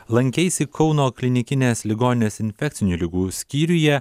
lankeisi kauno klinikinės ligoninės infekcinių ligų skyriuje